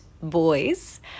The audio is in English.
boys